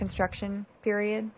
construction period